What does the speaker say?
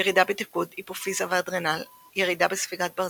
ירידה בתפקוד היפופיזה ואדרנל, ירידה בספיגת ברזל,